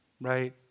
right